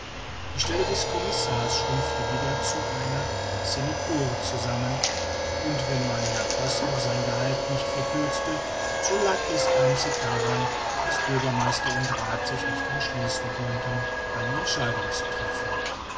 die stelle des commissars schrumpfte wieder zu einer sinecure zusammen und wenn man herrn passauf seinen gehalt nicht verkürzte so lag dies einzig daran daß bürgermeister und rath sich nicht entschließen konnten eine entscheidung zu treffen